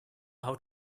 how